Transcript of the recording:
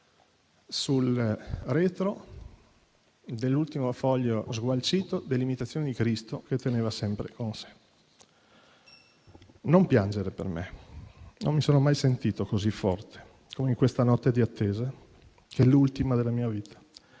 sul retro dell'ultimo foglio sgualcito de «L'imitazione di Cristo», che teneva sempre con sé: «Non piangere per me. Non mi sono mai sentito così forte come in questa notte di attesa, che è l'ultima della mia vita.